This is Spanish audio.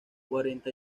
cuarenta